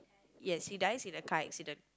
yes he dies in a car accident